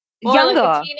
younger